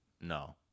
No